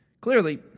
Clearly